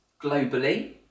globally